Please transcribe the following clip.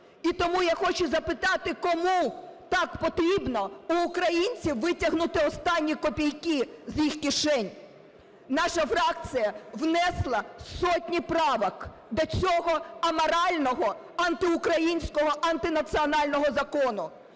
І тому я хочу запитати: кому так потрібно у українців витягнути останні копійки з їх кишень? Наша фракція внесла сотні правок до цього аморального, антиукраїнського, антинаціонального закону.